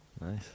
Nice